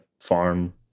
farm